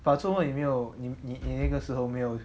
but 做么你没有你你那个时候没有